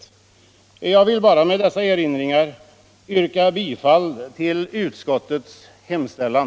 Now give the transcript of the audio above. Jag vill bara med dessa erinringar yrka bifall till utskottets hemställan.